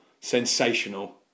sensational